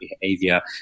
behavior